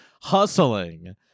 hustling